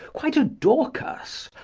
quite a dorcas.